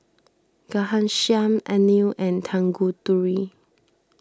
Ghanshyam Anil and Tanguturi